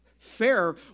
fair